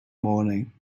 morning